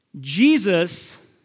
Jesus